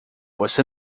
você